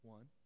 One